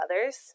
others